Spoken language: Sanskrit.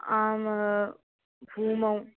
आमां भूमौ